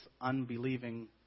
unbelieving